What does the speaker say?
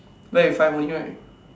left with five only right